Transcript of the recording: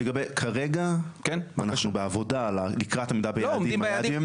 כרגע אנחנו בעבודה לקראת עמידה ביעדים,